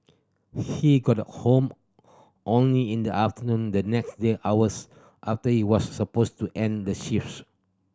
he got home only in the afternoon the next day hours after he was supposed to end the shifts